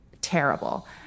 terrible